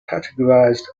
categorized